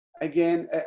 Again